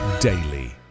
daily